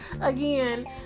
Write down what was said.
Again